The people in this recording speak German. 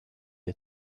der